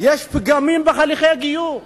יש פגמים בהליכי הגיור.